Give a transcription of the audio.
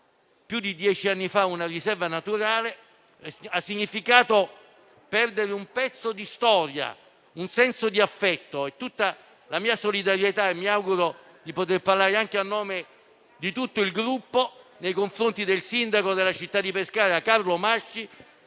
più di dieci anni fa una riserva naturale, ha significato perdere un pezzo di storia. Esprimo pertanto un senso di affetto e di solidarietà - mi auguro di poter parlare anche a nome di tutto il Gruppo - nei confronti del sindaco della città di Pescara, Carlo Masci,